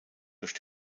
durch